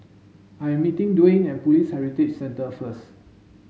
I am meeting Dewayne at Police Heritage Centre first